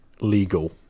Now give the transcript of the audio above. legal